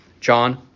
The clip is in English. John